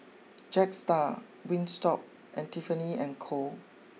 Jetstar Wingstop and Tiffany and Co